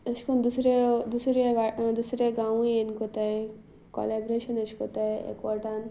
अशें करून दुसरे दुसरे दुसऱ्या गांवूय येवन करतात कॉलेब्रेशन अशें करतात एकवटान